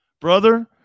Brother